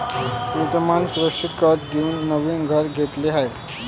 प्रीतमने सुरक्षित कर्ज देऊन नवीन घर घेतले आहे